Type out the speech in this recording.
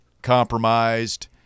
compromised